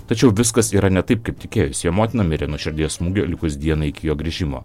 tačiau viskas yra ne taip kaip tikėjosi jo motina mirė nuo širdies smūgio likus dienai iki jo grįžimo